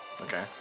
Okay